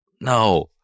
No